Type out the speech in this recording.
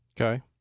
okay